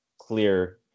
clear